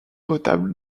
retables